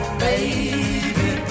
baby